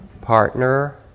partner